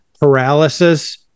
paralysis